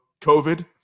covid